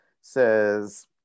says